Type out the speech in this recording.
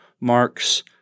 marks